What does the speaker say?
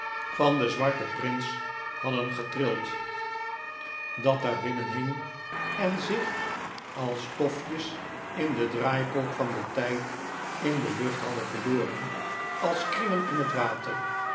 van den zwarten prins hadden getrild dat daarbinnen hing en zich als stofjes in de draaikolk van den tijd in de lucht hadden verloren als kringen in het water